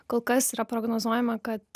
kol kas yra prognozuojama kad